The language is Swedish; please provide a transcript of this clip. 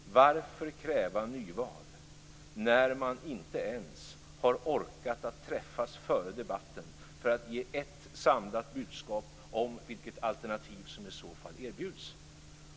Varför kräva nyval, när man inte ens har orkat träffas före debatten för att ge ett samlat budskap om vilket alternativ som i så fall erbjuds?